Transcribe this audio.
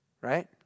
right